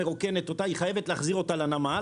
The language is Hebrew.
היא מרוקנת אותה חייבת להחזיר אותה לנמל.